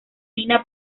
nina